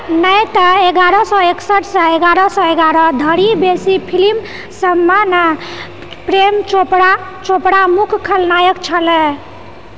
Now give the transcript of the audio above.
नहि तऽ एगारह सए एकसठि से एगारह सए एगारह धरि बेसी फिल्मसभमे नहि प्रेम चोपड़ा चोपड़ा मुख्य खलनायक छलाह